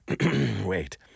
Wait